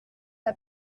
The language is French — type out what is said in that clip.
n’a